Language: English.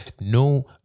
No